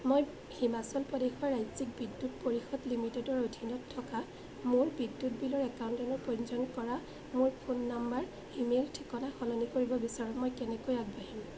মই হিমাচল প্ৰদেশৰ ৰাজ্যিক বিদ্যুৎ পৰিষদ লিমিটেডৰ অধীনত থকা মোৰ বিদ্যুৎ বিলৰ একাউণ্টলৈ পঞ্জীয়ন কৰা মোৰ ফোন নম্বৰ ইমেইল ঠিকনা সলনি কৰিব বিচাৰোঁ মই কেনেকৈ আগবাঢ়িম